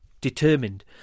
determined